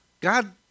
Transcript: God